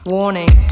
Warning